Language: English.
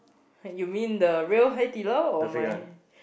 you mean the real Hai Di Lao or my